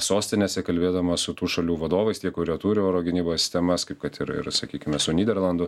sostinėse kalbėdamas su tų šalių vadovais tie kurie turi oro gynybos sistemas kaip kad ir ir sakykime su nyderlandų